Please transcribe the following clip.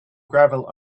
gravel